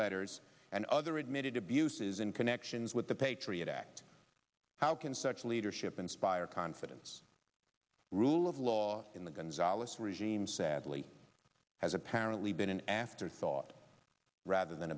letters and other admitted abuses in connections with the patriot act how can such leadership inspire confidence rule of law in the gonzales regime sadly has apparently been an after thought rather than